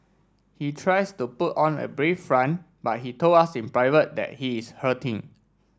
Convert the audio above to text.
he tries to put on a brave front but he told us in private that he is hurting